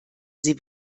sie